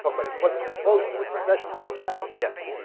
ah but it wasn't implosion, it was secession from the south. yes.